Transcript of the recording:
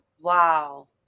Wow